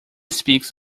speaks